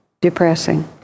depressing